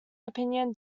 opinion